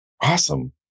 Awesome